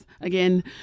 again